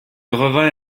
revint